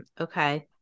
okay